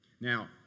Now